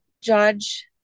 judge